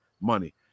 money